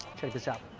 check this out